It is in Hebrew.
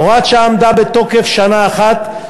הוראת השעה עמדה בתוקף שנה אחת,